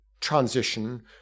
transition